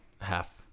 half